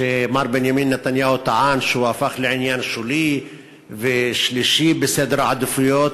שמר בנימין נתניהו טען שהוא הפך לעניין שולי ושלישי בסדר העדיפויות,